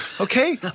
Okay